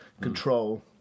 control